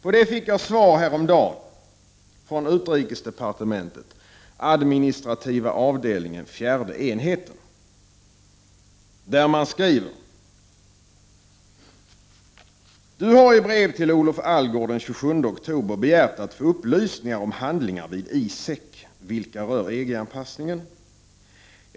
Jag fick häromdagen svar på den begäran från utrikesdepartementet, administrativa avdelningen fjärde enheten. Man skriver följande: ”Du har i brev till Olof Allgårdh den 27 oktober begärt att få upplysningar om handlingar vid ISEK, vilka rör EG-anpassningen.